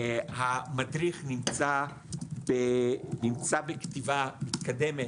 המדריך נמצא בכתיבה מתקדמת.